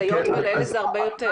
משאית --- זה הרבה יותר.